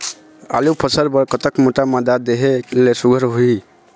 आलू फसल बर कतक मोटा मादा देहे ले सुघ्घर होही?